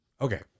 Okay